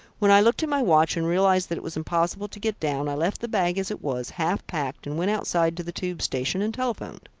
when i looked at my watch, and realised that it was impossible to get down, i left the bag as it was, half-packed and went outside to the tube station and telephoned.